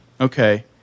Okay